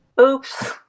Oops